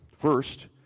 First